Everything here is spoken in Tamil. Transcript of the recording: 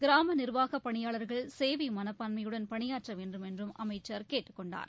கிராம நிர்வாக பணியாளர்கள் சேவை மனப்பான்மையுடன் பணியாற்ற வேண்டும் என்றும் அமைச்சர் கேட்டுக் கொண்டார்